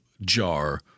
jar